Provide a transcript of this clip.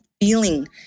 feeling